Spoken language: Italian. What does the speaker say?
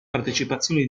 partecipazione